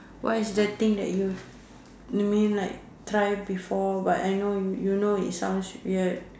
what is the thing that you you mean like try it before but I know you know it sounds weird